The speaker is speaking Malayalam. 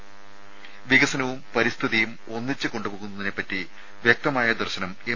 ത വികസനവും പരിസ്ഥിതിയും ഒന്നിച്ച് കൊണ്ടുപോകുന്നതിനെപ്പറ്റി വ്യക്തമായ ദർശനം എം